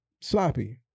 sloppy